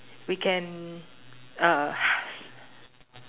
we can uh s~